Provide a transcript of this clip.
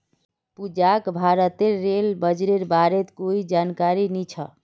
पूजाक भारतेर रेल बजटेर बारेत कोई जानकारी नी छ